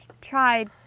tried